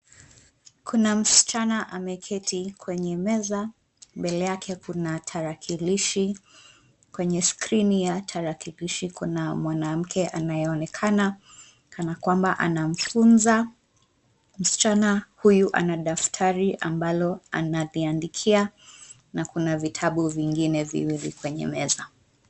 Kuna msichana ameketi kwenye meza mbele yake kuna tarakilishi. Kwenye skrini ya tarakilishi kuna mwanamke anayeonekana kana kwamba anamfunza. Msichana huyu ana daftari ambalo analiandikia na kuna vitabu vingine viwili kwenye meza.